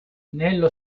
nello